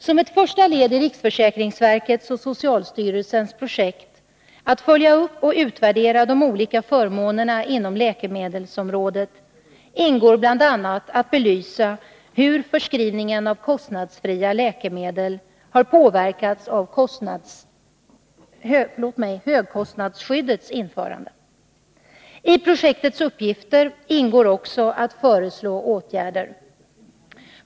Som ett första led i riksförsäkringsverkets och socialstyrelsens projekt att följa upp och utvärdera de olika förmånerna inom läkemedelsområdet ingår bl.a. att belysa hur förskrivningen av kostnadsfria läkemedel har påverkats av högkostnadsskyddets införande. I projektets uppgifter ingår också att föreslå åtgärder.